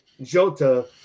Jota